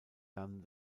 dann